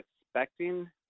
expecting